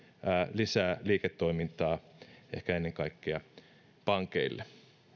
lisää liiketoimintaa ehkä ennen kaikkea pankeille